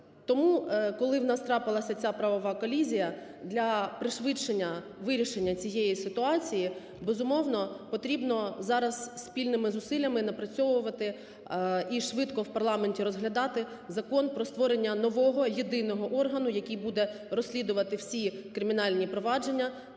Тому коли в нас трапилася ця правова колізія, для пришвидшення вирішення цієї ситуації, безумовно, потрібно зараз спільними зусиллями напрацьовувати і швидко в парламенті розглядати закон про створення нового єдиного органу, який буде розслідувати всі кримінальні провадження,